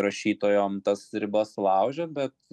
rašytojom tas ribas laužė bet